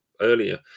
earlier